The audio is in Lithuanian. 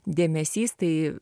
dėmesys tai